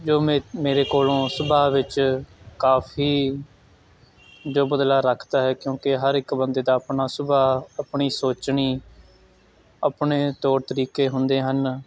ਜੋ ਮੇ ਮੇਰੇ ਕੋਲੋਂ ਸੁਭਾਅ ਵਿੱਚ ਕਾਫੀ ਜੋ ਬਦਲਾਅ ਰੱਖਦਾ ਹੈ ਕਿਉਂਕਿ ਹਰ ਇੱਕ ਬੰਦੇ ਦਾ ਆਪਣਾ ਸੁਭਾਅ ਆਪਣੀ ਸੋਚਣੀ ਆਪਣੇ ਤੌਰ ਤਰੀਕੇ ਹੁੰਦੇ ਹਨ